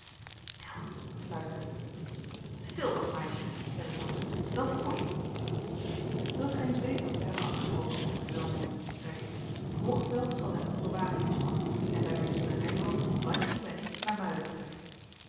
stil fluisterde stil wat meisjes zeide tante wel foei wilt gij eens weten wat wij hebben afgesproken onder uw welnemen zeide ik roggeveld zal zijn boerewagen inspannen en daarmede zullen reynhove weinstübe en ik naar muiden vertrekken